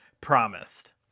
promised